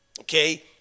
Okay